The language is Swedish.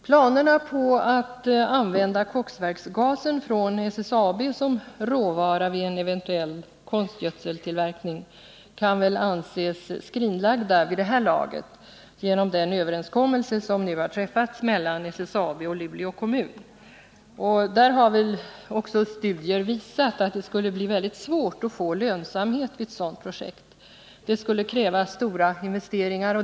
Planerna på att använda koksverksgasen från SSAB som råvara vid en eventuell konstgödseltillverkning kan väl anses skrinlagda vid det här laget genom den överenskommelse som har träffats mellan SSAB och Luleå kommun. Studier har väl också visat att det skulle bli mycket svårt att få lönsamhet vid ett sådant projekt. Det skulle kräva stora investeringar.